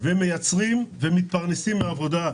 מייצרים ומתפרנסים מעבודה,